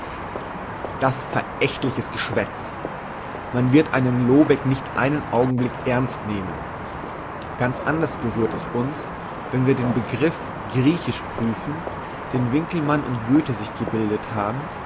das ist verächtliches geschwätz man wird einen lobeck nicht einen augenblick ernst nehmen ganz anders berührt es uns wenn wir den begriff griechisch prüfen den winckelmann und goethe sich gebildet haben